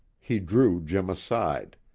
he drew jim aside.